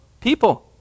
people